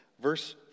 Verse